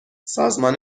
سازمان